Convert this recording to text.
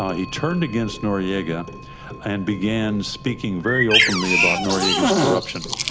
he turned against noriega and began speaking very openly about noriega's corruption,